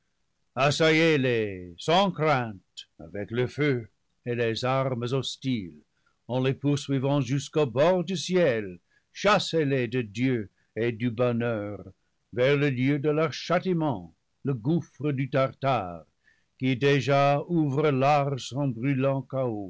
assaillez les sans crainte avec le feu et les armes hostiles en les pour suivant jusqu'au bord du ciel chassez les de dieu et du bonheur vers le lieu de leur châtiment le gouffre du tartare qui déjà ouvre large son brûlant